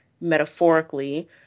metaphorically